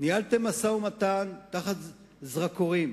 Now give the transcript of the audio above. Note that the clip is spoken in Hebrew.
ניהלתם משא-ומתן תחת זרקורים,